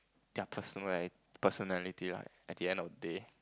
their personali~ personality lah at the end of the day